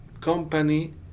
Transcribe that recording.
company